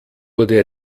wurde